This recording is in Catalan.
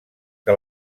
que